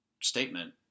statement